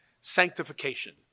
sanctification